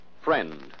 Friend